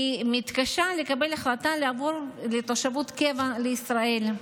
היא מתקשה לקבל החלטה לעבור לתושבות קבע לישראל.